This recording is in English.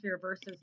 versus